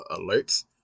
alerts